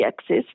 access